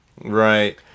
right